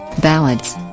ballads